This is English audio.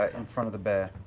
ah in front of the bear.